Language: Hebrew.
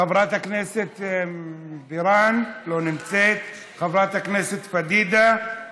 חברת הכנסת בירן, לא נמצאת, חברת הכנסת פדידה,